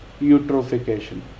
eutrophication